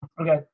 Okay